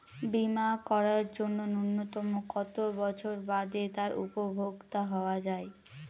বীমা করার জন্য ন্যুনতম কত বছর বাদে তার উপভোক্তা হওয়া য়ায়?